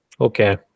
okay